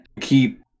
Keep